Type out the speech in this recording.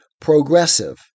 progressive